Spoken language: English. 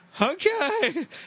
okay